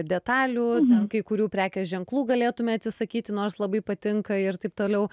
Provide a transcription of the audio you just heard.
detalių ten kai kurių prekės ženklų galėtume atsisakyti nors labai patinka ir taip toliau